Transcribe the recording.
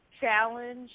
challenge